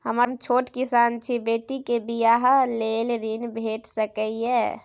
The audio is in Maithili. हम छोट किसान छी, बेटी के बियाह लेल ऋण भेट सकै ये?